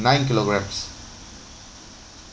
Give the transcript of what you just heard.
nine kilograms